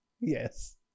Yes